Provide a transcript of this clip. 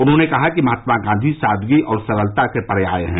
उन्होंने कहा कि महात्मा गांधी सादगी और सरलता के पर्याय हैं